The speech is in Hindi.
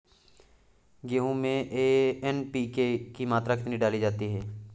गेहूँ में एन.पी.के की मात्रा कितनी डाली जाती है?